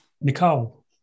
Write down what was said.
Nicole